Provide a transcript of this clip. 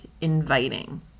inviting